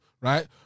right